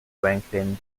franklin